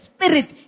Spirit